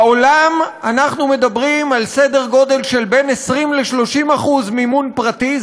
בעולם אנחנו מדברים על סדר גודל של בין 20% ל-30% מימון פרטי,